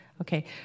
Okay